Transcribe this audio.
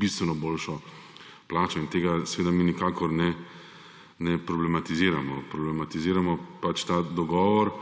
bistveno boljšo plačo in tega, seveda, mi nikakor ne problematiziramo. Problematiziramo pač ta dogovor,